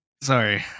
Sorry